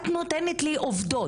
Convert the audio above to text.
את נותנת לי עובדות.